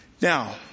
Now